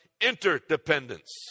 interdependence